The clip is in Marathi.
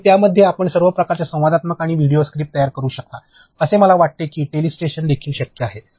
आणि त्यामध्ये आपण सर्व प्रकारच्या संवादात्मक आणि व्हिडिओ स्क्रिप्ट तयार करू शकता असे मला वाटते की टेलीस्टेशन्स देखील शक्य आहेत